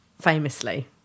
famously